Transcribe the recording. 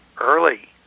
early